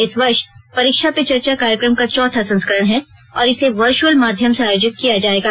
इस वर्ष परीक्षा पे चर्चा कार्यक्रम का चौथा संस्करण है और इसे वर्चुअल माध्यम से आयोजित किया जाएगा